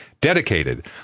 Dedicated